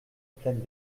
pleine